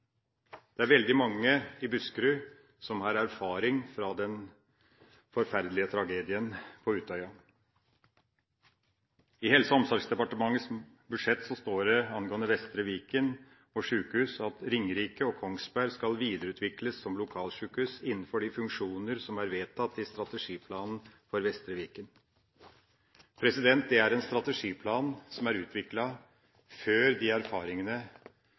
Det er veldig mange i Buskerud som har erfaring fra den forferdelige tragedien på Utøya. I Helse- og omsorgsdepartementets budsjett står det angående Vestre Viken at «Ringerike sykehus og Kongsberg sykehus skal videreutvikles som lokalsykehus innenfor de funksjonene som er vedtatt i strategiplanen for Vestre Viken.» Det er en strategiplan som ble utviklet før erfaringene